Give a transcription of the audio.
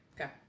okay